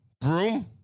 broom